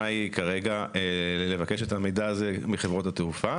היא לבקש את המידע הזה מחברות התעופה